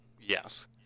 Yes